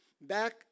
back